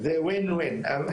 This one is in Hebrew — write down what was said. זה ניצחון לשני הצדדים,